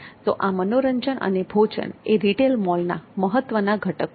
તો આ મનોરંજન અને ભોજન એ રીટેલ મોલના મહત્વના ઘટકો છે